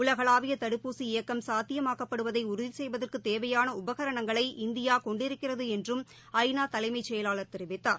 உலகளாவிய தடுப்பூசி இயக்கம் சாத்தியமாக்கப்படுவதை உறுதி செய்வதற்கு தேவையான உபகரணங்களை இந்தியா கொண்டிருக்கிறது என்றும் ஐ நா தலைமை செயலாளர் தெரிவித்தார்